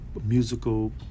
musical